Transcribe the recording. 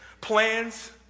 plans